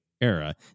era